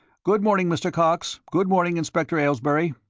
good morning, mr. knox. good morning, inspector aylesbury.